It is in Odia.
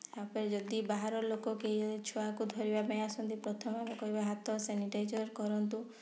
ତା'ପରେ ଯଦି ବାହାର ଲୋକ କେହି ଛୁଆକୁ ଧରିବା ପାଇଁ ଆସନ୍ତି ପ୍ରଥମେ କହିବେ ହାତ ସାନିଟାଇଜର୍ କରନ୍ତୁ